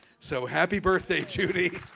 so happy birthday judy.